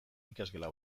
ikasgela